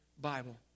Bible